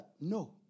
No